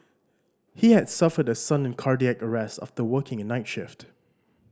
he had suffered a sudden cardiac arrest after working a night shift